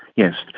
yes,